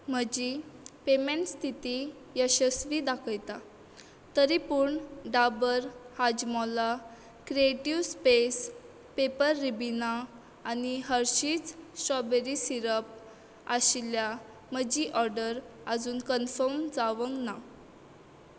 म्हजी पेमेंट स्थिती यशस्वी दाखयता तरी पूण Dabur Hajmola creative space paper Ribena आनी हर्शीज स्ट्रॉबेरी सिरप आशिल्ल्या म्हजी ऑर्डर आजून कन्फर्म जावंक ना